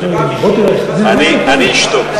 אני אשתוק,